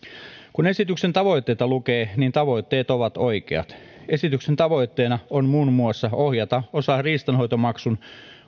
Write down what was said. kun esityksen tavoitteita lukee niin tavoitteet ovat oikeat esityksen tavoitteena on muun muassa ohjata osa riistanhoitomaksun